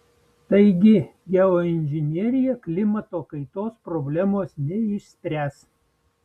taigi geoinžinerija klimato kaitos problemos neišspręs